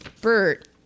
Bert